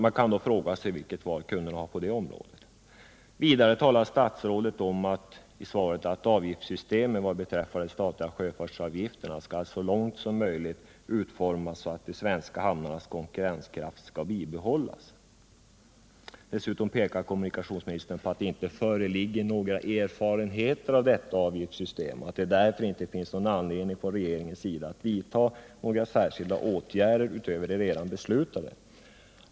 Då kan man fråga sig vilket val kunderna har på det området. Vidare talar statsrådet i svaret om att avgiftssystemet vad beträffar de statliga sjöfartsavgifterna skall så snart som möjligt utformas så att de svenska hamnarnas konkurrenskraft kan bibehållas. Dessutom pekar kommunikationsministern på att det inte föreligger några erfarenheter av dessa avgiftssystem och att det därför ännu inte finns någon anledning för regeringen att vidta särskilda åtgärder utöver de redan beslutade.